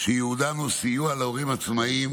שייעודן הוא סיוע להורים עצמאיים,